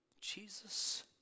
Jesus